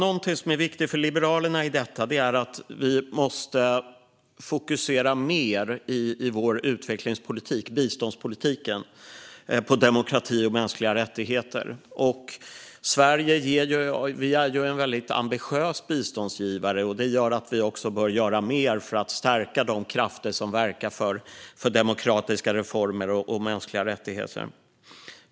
Någonting som är viktigt för Liberalerna är att fokusera mer på demokrati och mänskliga rättigheter i vår utvecklings och biståndspolitik. Sverige är en väldigt ambitiös biståndsgivare, och det gör att vi också bör göra mer för att stärka de krafter som verkar för demokratiska reformer och mänskliga rättigheter.